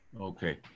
Okay